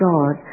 God